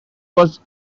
was